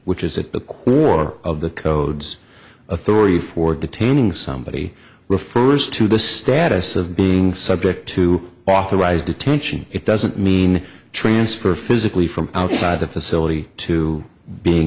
which is at the quare of the codes authority for detaining somebody refers to the status of being subject to authorized detention it doesn't mean transfer physically from outside the facility to being